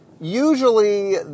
usually